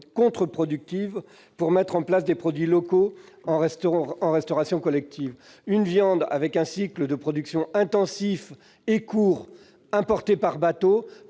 contre-productive pour favoriser l'utilisation des produits locaux en restauration collective. Une viande produite selon un cycle de production intensif et court importée par bateau